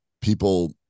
People